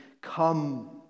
come